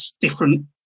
different